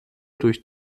durch